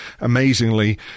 amazingly